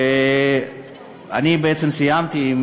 אני בעצם סיימתי.